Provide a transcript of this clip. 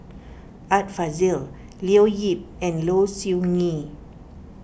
Art Fazil Leo Yip and Low Siew Nghee